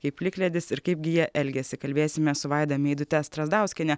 kai plikledis ir kaipgi jie elgiasi kalbėsime su vaida meidute strazdauskiene